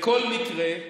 בכל מקרה,